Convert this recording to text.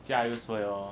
jiayous for your